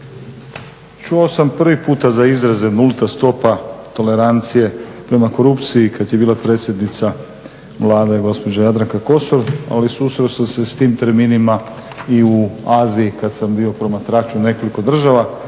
čuo sam prvi puta za izraze nulta stupa tolerancije prema korupciji kada je bila predsjednica Vlade gospođa Jadranka Kosor, ali susreo sam se s tim terminima i u fazi kada sam bio promatrač u nekoliko država,